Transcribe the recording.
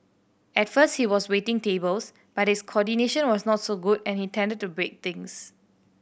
at first he was waiting tables but his coordination was not so good and he tended to break things